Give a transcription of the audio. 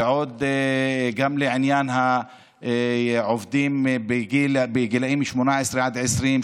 וגם בעניין העובדים בגילים 18 20,